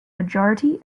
majority